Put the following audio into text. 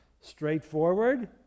Straightforward